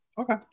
Okay